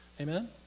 Amen